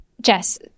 Jess